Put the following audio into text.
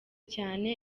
cyane